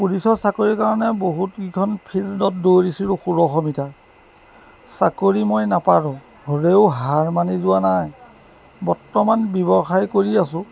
পুলিচৰ চাকৰিৰ কাৰণে বহুতকিখন ফিল্ডত দৌৰিছিলোঁ ষোল্লশ মিটাৰ চাকৰি মই নাপালোঁ হ'লেও হাৰ মানি যোৱা নাই বৰ্তমান ব্যৱসায় কৰি আছোঁ